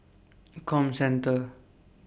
Comcenter